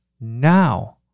now